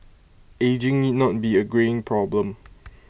ageing need not be A greying problem